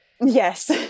Yes